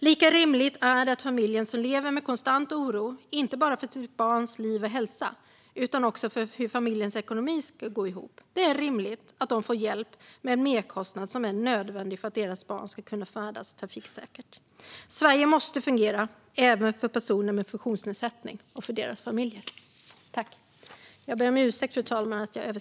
Lika rimligt är det att familjen som lever med konstant oro, inte bara för sitt barns liv och hälsa utan också för hur familjens ekonomi ska gå ihop, får hjälp med en merkostnad som är nödvändig för att deras barn ska kunna färdas trafiksäkert. Sverige måste fungera även för personer med funktionsnedsättning och för deras familjer.